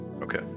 Okay